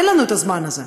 אין לנו הזמן הזה.